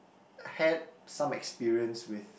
had some experience with